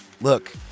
look